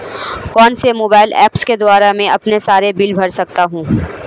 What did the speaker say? कौनसे mobile apps के द्वारा मैं अपने सारे बिल भर सकता हूं?